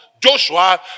Joshua